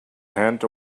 hands